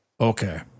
Okay